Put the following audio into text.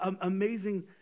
amazing